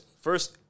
First